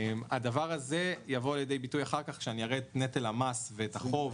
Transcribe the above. הדבר הזה יבוא לידי ביטוי אחר כך כשאראה את נטל המס ואת החוב.